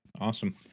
awesome